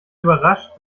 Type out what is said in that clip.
überrascht